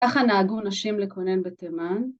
‫ככה נהגו נשים לקונן בתימן.